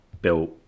built